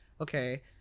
okay